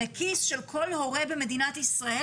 לכיס של כל הורה במדינת ישראל,